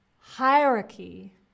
Hierarchy